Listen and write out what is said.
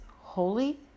holy